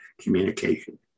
communication